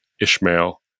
ishmael